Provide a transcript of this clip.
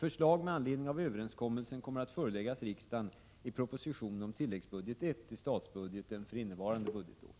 Förslag med anledning av överenskommelsen kommer att föreläggas riksdagen i proposition om tilläggsbudget I till statsbudgeten för innevarande budgetår.